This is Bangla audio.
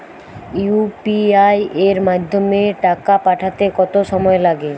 ইউ.পি.আই এর মাধ্যমে টাকা পাঠাতে কত সময় লাগে?